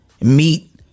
meet